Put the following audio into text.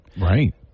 Right